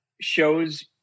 shows